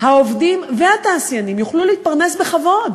העובדים והתעשיינים, יוכלו להתפרנס בכבוד.